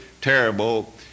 terrible